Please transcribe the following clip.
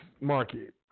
market